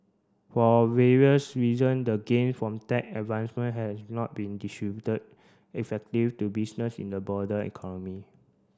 for various reason the gain from tech advancement has not been distributed effective to businesses in the broader economy